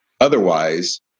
otherwise